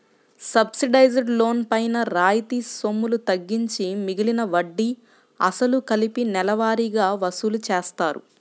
subsidised loan పైన రాయితీ సొమ్ములు తగ్గించి మిగిలిన వడ్డీ, అసలు కలిపి నెలవారీగా వసూలు చేస్తారు